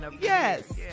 Yes